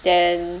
then